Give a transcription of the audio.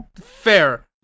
Fair